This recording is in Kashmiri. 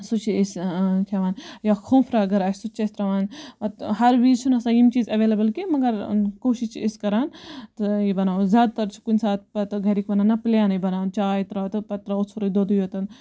سُہ چھِ أسۍ کھیٚوان یا کھوٗپرٕ اگر آسہِ سُہ تہِ چھِ أسۍ تراوان ہر وِز چھِ نہٕ آسان یِم چیٖز اَویلیبل کیٚنٛہہ مگر کوشِش چھِ أسۍ کَران تہٕ یہِ بَناوو زیاد تَر چھِ کُنہِ ساتہٕ پَتہٕ گَرِک وَنان نہَ پلینے بَناو چاے تراو تہٕ پَتہٕ تراوُس ژھوٚروٚے دۄدُے یوتَن